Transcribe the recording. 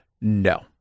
No